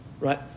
Right